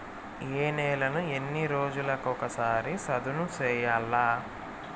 ఏ నేలను ఎన్ని రోజులకొక సారి సదును చేయల్ల?